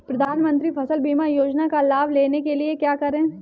प्रधानमंत्री फसल बीमा योजना का लाभ लेने के लिए क्या करें?